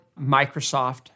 Microsoft